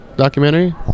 documentary